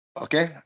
Okay